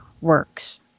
works